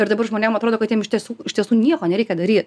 ir dabar žmonėm atrodo kad jiem iš tiesų iš tiesų nieko nereikia daryt